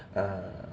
err